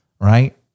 Right